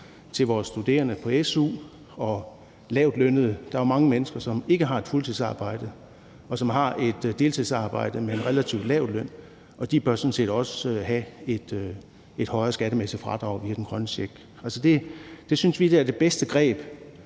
til vores studerende på su og til lavtlønnede. Der er mange mennesker, der ikke har et fuldtidsarbejde, men har et deltidsarbejde med en relativt lav løn, og de bør sådan set også have et højere skattemæssigt fradrag via den grønne check. Det synes vi er det bedste greb,